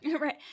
right